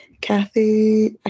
Kathy